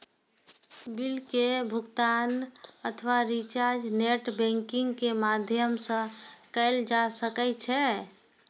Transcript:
bill के भुगातन अथवा रिचार्ज नेट बैंकिंग के माध्यम सं कैल जा सकै छै